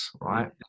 Right